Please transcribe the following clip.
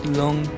long